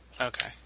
Okay